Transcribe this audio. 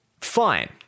fine